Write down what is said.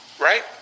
right